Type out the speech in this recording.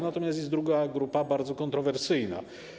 Natomiast jest druga grupa bardzo kontrowersyjna.